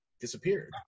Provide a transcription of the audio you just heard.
disappeared